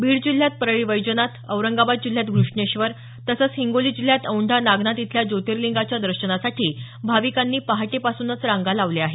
बीड जिल्ह्यात परळी वैजनाथ औरंगाबाद जिल्ह्यात घृष्णेश्वर तसंच हिंगोली जिल्ह्यात औंढा नागनाथ इथल्या ज्योर्तिलिंगाच्या दर्शनासाठी भाविकांनी पहाटेपासूनच रांगा लावल्या आहेत